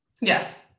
yes